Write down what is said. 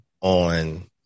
on